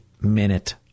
minute